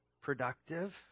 Productive